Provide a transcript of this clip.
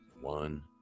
One